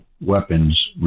weapons